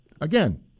again